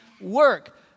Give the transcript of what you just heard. work